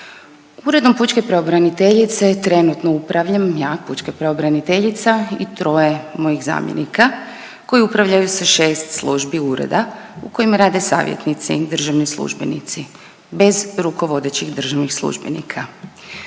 Uredom pučke pravobraniteljice trenutno upravljam ja, pučka pravobraniteljica i troje mojih zamjenika koji upravljaju sa šest službi ureda u kojima rade savjetnici, državni službenici bez rukovodećih državnih službenika.